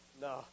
No